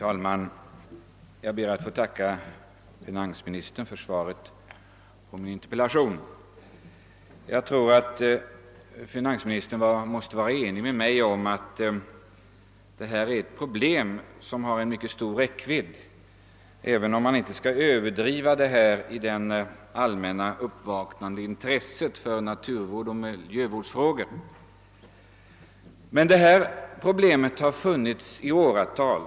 Herr talman! Jag ber att få tacka finansministern för svaret på min interpellation. Finansministern är helt säkert enig med mig om att detta är ett problem med mycket stor räckvidd, även om man inte skall överdriva hela frågan i det allmänna uppvaknande intresset för naturoch miljövårdsfrågor. Problemet har funnits i årtionden.